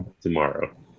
tomorrow